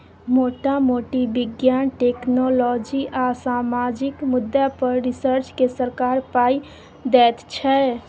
मोटा मोटी बिज्ञान, टेक्नोलॉजी आ सामाजिक मुद्दा पर रिसर्च केँ सरकार पाइ दैत छै